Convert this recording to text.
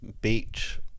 Beach